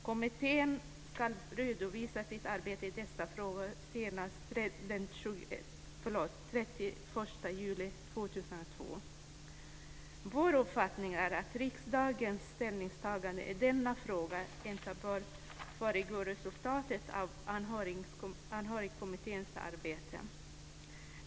Kommittén ska redovisa sitt arbete i dessa frågor senast den 31 juli 2002. Vår uppfattning är att riksdagens ställningstagande i denna fråga inte bör föregå resultatet av Anhörigkommitténs arbete.